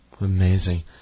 Amazing